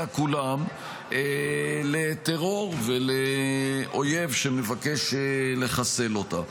כולם לטרור ולאויב שמבקש לחסל אותה.